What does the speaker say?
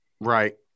Right